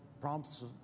prompts